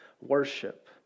worship